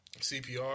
CPR